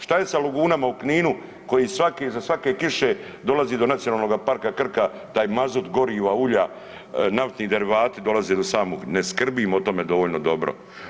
Šta je sa lagunama u Kininu koji iza svake kiše dolazi do Nacionalnoga parka Krka taj mazut goriva, ulja, naftni derivati dolaze do samog, ne skrbimo o tome dovoljno dobro.